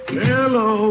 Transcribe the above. Hello